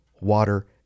water